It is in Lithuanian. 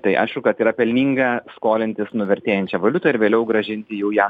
tai aišku kad yra pelninga skolintis nuvertėjančią valiutą ir vėliau grąžinti jau ją